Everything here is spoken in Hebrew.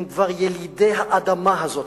הם כבר ילידי האדמה הזאת,